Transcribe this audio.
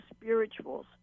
Spirituals